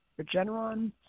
Regeneron